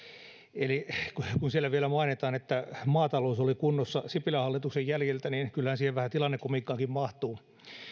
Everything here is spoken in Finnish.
kun siellä vielä mainitaan että maatalous oli kunnossa sipilän hallituksen jäljiltä niin kyllähän siihen vähän tilannekomiikkaakin mahtuu